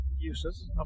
uses